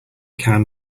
can